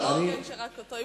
לא הוגן שרק אותו.